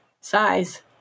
size